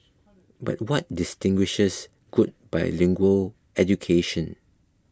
but what distinguishes good bilingual education